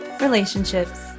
relationships